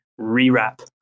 rewrap